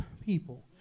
people